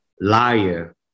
Liar